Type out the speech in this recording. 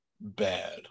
bad